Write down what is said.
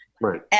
Right